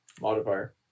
modifier